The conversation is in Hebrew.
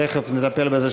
תכף נטפל בזה.